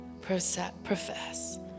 profess